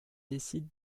décide